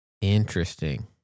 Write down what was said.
Interesting